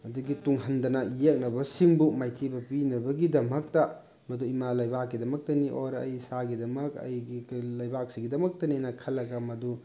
ꯑꯗꯒꯤ ꯇꯨꯡ ꯍꯟꯗꯅ ꯌꯦꯛꯅꯕꯁꯤꯡꯕꯨ ꯃꯥꯏꯊꯤꯕ ꯄꯤꯅꯕꯒꯤꯗꯃꯛꯇ ꯃꯗꯨ ꯏꯃꯥ ꯂꯩꯕꯥꯛꯀꯤꯗꯃꯛꯇꯅꯤ ꯑꯣꯔ ꯑꯩ ꯏꯁꯥꯒꯤꯗꯃꯛ ꯑꯩꯒꯤ ꯂꯩꯕꯥꯛꯁꯤꯒꯤꯗꯃꯛꯇꯅꯦꯅ ꯈꯜꯂꯒ ꯃꯗꯨ